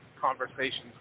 conversations